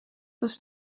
was